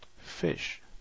Fish